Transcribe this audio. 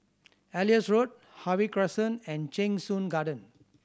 Elias Road Harvey Crescent and Cheng Soon Garden